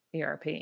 ERP